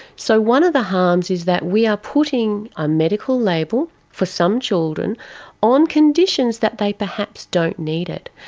so one of the harms is that we are putting a medical label for some children on conditions that they perhaps don't need it.